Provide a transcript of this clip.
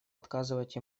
оказывать